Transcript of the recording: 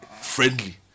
friendly